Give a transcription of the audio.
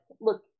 look